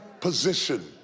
position